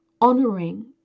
honoring